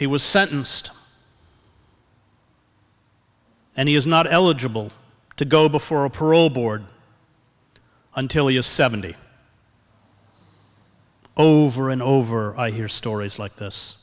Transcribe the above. he was sentenced and he is not eligible to go before a parole board until he is seventy over and over i hear stories like this